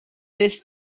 this